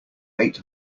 eight